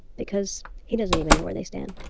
because he doesn't even know where they stand.